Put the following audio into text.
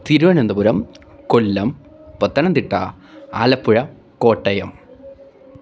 Thiruvananthapuram Kollam Pathanamthitta Alappuzha Kottayam